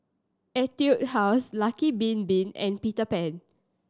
Etude House Lucky Bin Bin and Peter Pan